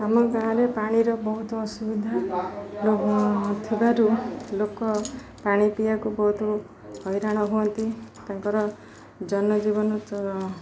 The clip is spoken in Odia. ଆମ ଗାଁରେ ପାଣିର ବହୁତ ଅସୁବିଧା ଥିବାରୁ ଲୋକ ପାଣି ପିଇବାକୁ ବହୁତ ହଇରାଣ ହୁଅନ୍ତି ତାଙ୍କର ଜନଜୀବନ